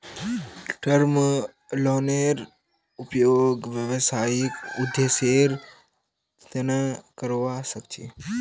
term लोनेर उपयोग व्यावसायिक उद्देश्येर तना करावा सख छी